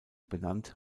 benannt